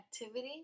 activity